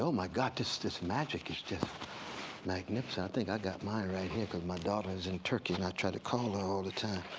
um my god this magic is just magnificent. i think i've got mine right here because my daughter is in turkey, and i try to call her all the time.